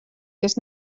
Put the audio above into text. kas